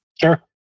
Sure